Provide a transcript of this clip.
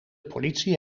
politie